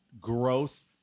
gross